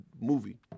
movie